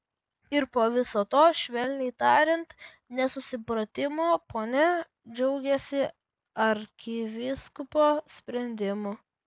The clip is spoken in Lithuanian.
ir po viso to švelniai tariant nesusipratimo ponia džiaugiasi arkivyskupo sprendimu